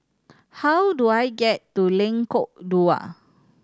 how do I get to Lengkok Dua